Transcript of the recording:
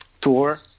Tour